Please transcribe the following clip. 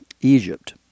Egypt